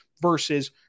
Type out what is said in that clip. versus